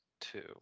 two